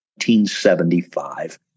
1975